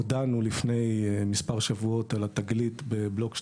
הודענו לפני מספר שבועות על התגלית בבלוק 12,